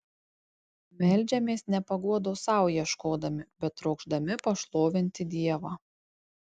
meldžiamės ne paguodos sau ieškodami bet trokšdami pašlovinti dievą